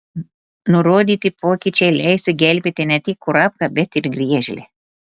nurodyti pokyčiai leistų gelbėti ne tik kurapką bet ir griežlę